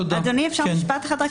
אדוני, אפשר משפט אחד?